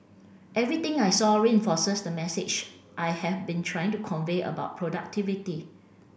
everything I saw reinforces the message I have been trying to convey about productivity